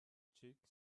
cheek